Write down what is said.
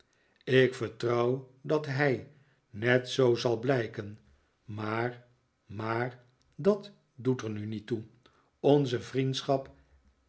ik vertrouw dat hij net zoo zal blijken maar maar dat doet er nu niet toe onze vriendschap